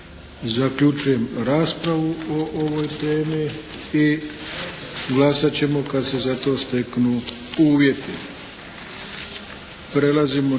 Zaključujem raspravu po ovoj temi. I glasat ćemo kad se za to steknu uvjeti.